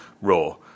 Raw